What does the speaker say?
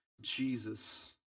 Jesus